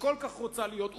שכל כך רוצה להיות,